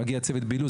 מגיע צוות בילוש,